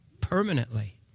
permanently